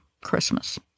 Christmas